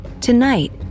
Tonight